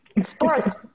Sports